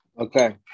Okay